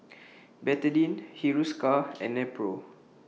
Betadine Hiruscar and Nepro